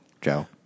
Joe